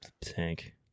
tank